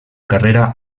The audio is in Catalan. carrera